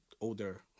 older